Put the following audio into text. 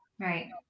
Right